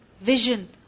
Vision